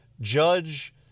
Judge